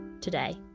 today